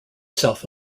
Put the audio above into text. south